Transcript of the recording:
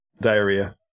Diarrhea